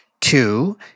Two